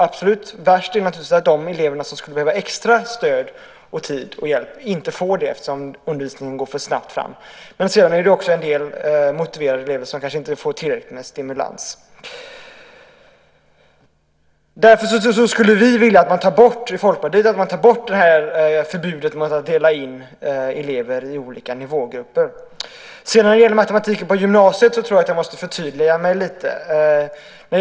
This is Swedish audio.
Absolut värst är naturligtvis att de elever som skulle behöva extra stöd, tid och hjälp inte får det eftersom undervisningen går för snabbt fram. Vidare får kanske en del motiverade elever inte tillräcklig stimulans. Därför skulle vi i Folkpartiet vilja ta bort förbudet mot att dela in elever i olika nivågrupper. När det gäller matematiken på gymnasiet tror jag att jag måste förtydliga mig lite grann.